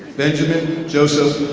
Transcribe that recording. benjamin joseph